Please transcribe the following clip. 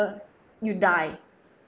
you die